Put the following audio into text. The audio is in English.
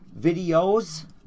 videos